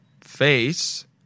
face